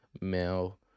Male